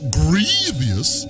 grievous